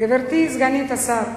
גברתי סגנית השר,